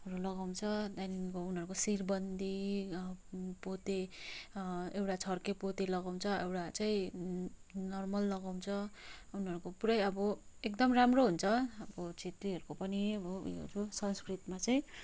हरू लगाउँछ त्यहाँदेखिको उनीहरूको शिरबन्दी पोते एउटा छड्के पोते लगाउँछ एउटा चाहिँ नर्मल लगाउँछ उनीहरूको पुरै अब एकदम राम्रो हुन्छ अब छेत्रीहरूको पनि अब उयोहरू संस्कृतमा चाहिँ